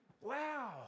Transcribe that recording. Wow